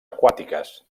aquàtiques